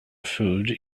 food